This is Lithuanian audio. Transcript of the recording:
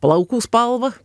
plaukų spalva